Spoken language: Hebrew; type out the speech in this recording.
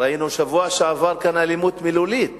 ראינו בשבוע שעבר כאן אלימות מילולית